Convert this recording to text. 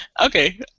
Okay